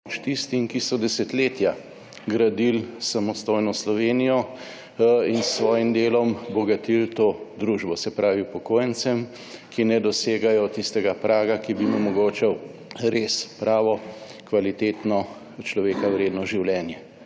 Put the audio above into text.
16.15 (nadaljevanje) gradili samostojno Slovenijo in s svojim delom bogatili to družbo. Se pravi, upokojencem, ki ne dosegajo tistega praga, ki bi jim omogočal res pravo kvalitetno človeka vredno življenje.